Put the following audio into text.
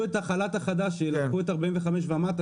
כשעשו את החל"ת החדש והורידו את בני 45 ומטה,